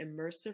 immersive